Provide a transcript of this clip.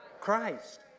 Christ